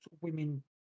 women